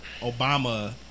Obama